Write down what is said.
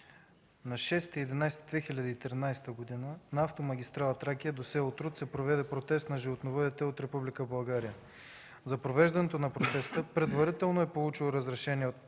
ноември 2013 г. на автомагистрала „Тракия” до село Труд се проведе протест от животновъдите в Република България. За провеждането на протеста предварително е получено разрешение от